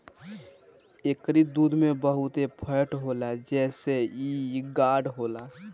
एकरी दूध में बहुते फैट होला जेसे इ गाढ़ होला